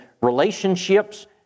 relationships